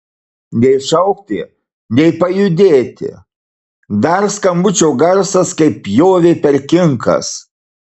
nei šaukti nei pajudėti dar skambučio garsas kaip pjovė per kinkas